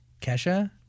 Kesha